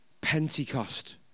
Pentecost